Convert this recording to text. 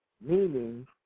meaning